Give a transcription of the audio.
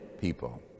people